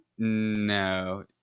No